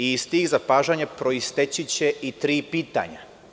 Iz tih zapažanja proisteći će i tri pitanja.